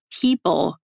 people